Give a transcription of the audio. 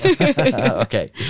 Okay